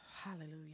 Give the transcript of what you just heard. Hallelujah